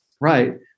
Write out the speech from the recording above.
Right